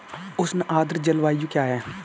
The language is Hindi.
उष्ण आर्द्र जलवायु क्या है?